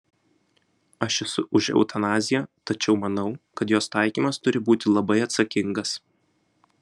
aš esu už eutanaziją tačiau manau kad jos taikymas turi būti labai atsakingas